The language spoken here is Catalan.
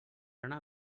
anar